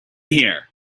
here